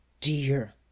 Dear